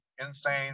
insane